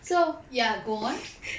ya go on